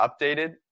updated